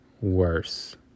worse